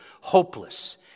hopeless